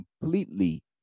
completely